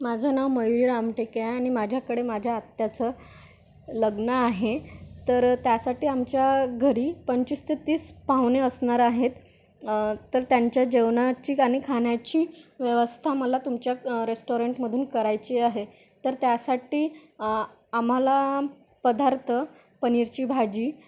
माझं नाव मयुरी रामटेक आहे आणि माझ्याकडे माझ्या आत्याचं लग्न आहे तर त्यासाठी आमच्या घरी पंचवीस ते तीस पाहुणे असणार आहेत तर त्यांच्या जेवणाची आणि खाण्याची व्यवस्था मला तुमच्या रेस्टॉरंटमधून करायची आहे तर त्यासाठी आम्हाला पदार्थ पनीरची भाजी